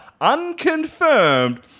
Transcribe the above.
unconfirmed